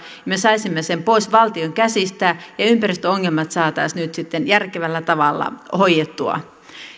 me saisimme sen pois valtion käsistä ja ympäristöongelmat saataisiin nyt sitten järkevällä tavalla hoidettua